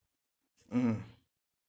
mm